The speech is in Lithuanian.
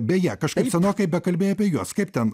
beje kažkaip senokai bekalbėjai apie juos kaip ten